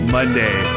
Monday